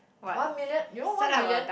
one million you know one million